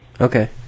Okay